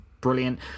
brilliant